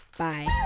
Bye